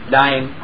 dying